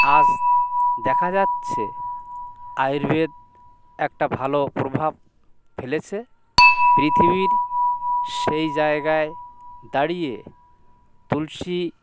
আজ দেখা যাচ্ছে আয়ুর্বেদ একটা ভালো প্রভাব ফেলেছে পৃথিবীর সেই জায়গায় দাঁড়িয়ে তুলসী